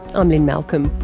i'm lynne malcolm.